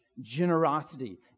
generosity